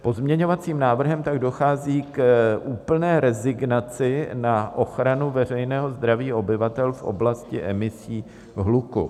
Pozměňovacím návrhem tak dochází k úplné rezignaci na ochranu veřejného zdraví obyvatel v oblasti emisí hluku.